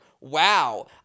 wow